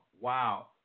wow